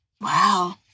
Wow